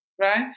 right